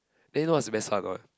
then you know what's the best part or not